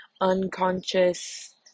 unconscious